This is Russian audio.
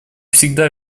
всегда